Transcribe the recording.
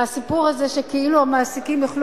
והסיפור הזה שכאילו המעסיקים יוכלו